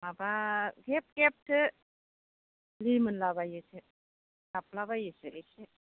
माबा गेब गेबसो रिमोनलाबायोसो गाबलाबायोसो एसे